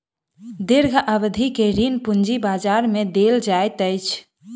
दीर्घ अवधि के ऋण पूंजी बजार में देल जाइत अछि